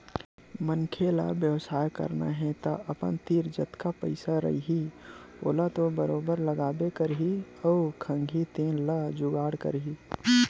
मनखे ल बेवसाय करना हे तअपन तीर जतका पइसा रइही ओला तो बरोबर लगाबे करही अउ खंगही तेन ल जुगाड़ करही